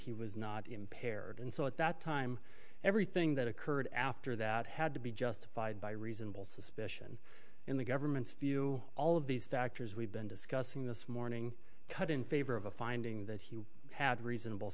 he was not impaired and so at that time everything that occurred after that had to be justified by reasonable suspicion in the government's view all of these factors we've been discussing this morning cut in favor of a finding that he had reasonable